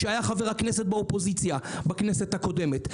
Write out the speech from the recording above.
שהיה חבר הכנסת באופוזיציה בכנסת הקודמת,